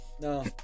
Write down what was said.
No